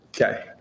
Okay